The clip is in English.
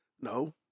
No